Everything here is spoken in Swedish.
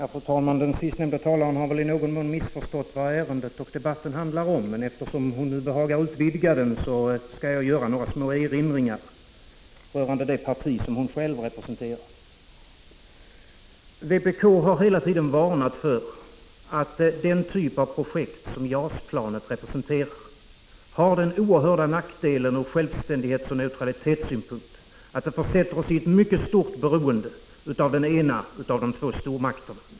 Fru talman! Den senaste talaren har i någon mån missförstått vad ärendet och debatten handlar om. Men eftersom hon behagar utvidga den, skall jag göra några små erinringar rörande det parti hon själv representerar. Vpk har hela tiden varnat för att den typ av projekt som JAS-planet representerar har den oerhörda nackdelen ur självständighetsoch neutralitetssynpunkt att det försätter oss i ett mycket stort beroende av den ena av de två stormakterna.